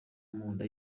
munda